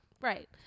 Right